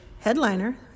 headliner